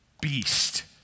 beast